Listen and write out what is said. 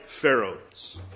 Pharaoh's